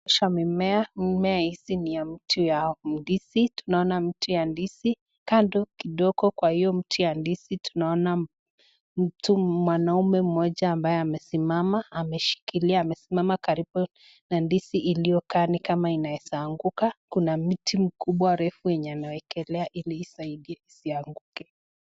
Tunaonyeshwa mimea. Mimea hizi ni ya mti wa ndizi. Tunaona mti ya ndizi. Kando kidogo kwa hio mti wa ndizi tunaona mtu mwanamme mmoja ambaye amesimama ameshikilia, amesimama karibu na ndizi inayokaa kama inaeza anguka. Kuna mti mkubwa refu enye anawekelea ili isaidia isianguke.